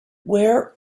where